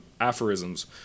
aphorisms